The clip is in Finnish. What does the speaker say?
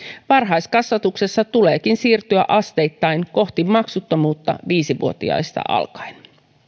varhaiskasvatuksessa tuleekin siirtyä asteittain kohti maksuttomuutta viisi vuotiaista alkaen